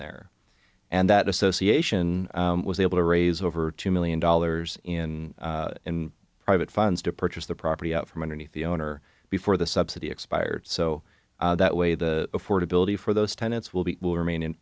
there and that association was able to raise over two million dollars in private funds to purchase the property out from underneath the owner before the subsidy expired so that way the affordability for those tenants will be will remain in